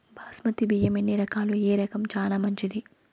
బాస్మతి బియ్యం ఎన్ని రకాలు, ఏ రకం చానా మంచిది?